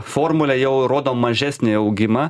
formulė jau rodo mažesnį augimą